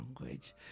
language